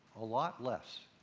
a lot less.